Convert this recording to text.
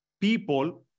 people